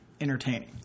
entertaining